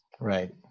right